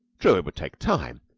true, it would take time,